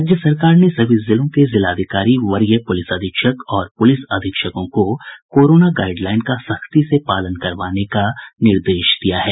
राज्य सरकार ने सभी जिलों के जिलाधिकारी वरीय पुलिस अधीक्षक और पुलिस अधीक्षकों को कोरोना गाईडलाईन का सख्ती से पालन करवाने का निर्देश दिया है